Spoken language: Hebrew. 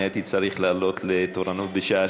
אני הייתי צריך לעלות לתורנות בשעה